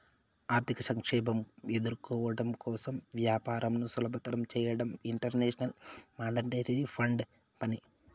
ఆర్థిక సంక్షోభం ఎదుర్కోవడం కోసం వ్యాపారంను సులభతరం చేయడం ఇంటర్నేషనల్ మానిటరీ ఫండ్ పని